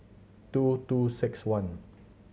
two two six one